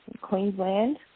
Queensland